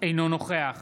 אינו נוכח